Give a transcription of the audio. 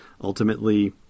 ultimately